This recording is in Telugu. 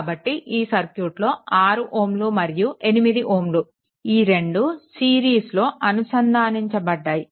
కాబట్టి ఈ సర్క్యూట్లో 6 Ω మరియు 8 Ω ఈ రెండు సిరీస్లో అనుసంధానించబడ్డాయి